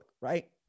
right